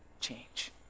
change